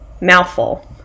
Mouthful